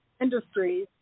industries